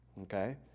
okay